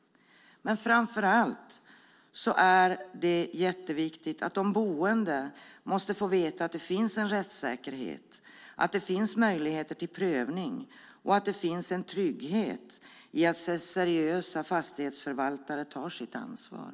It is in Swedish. Framför allt är det jätteviktigt att de boende får veta att det finns en rättssäkerhet, att det finns möjligheter till prövning och att det finns en trygghet i att seriösa fastighetsförvaltare tar sitt ansvar.